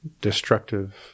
destructive